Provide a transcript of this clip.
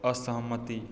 असहमति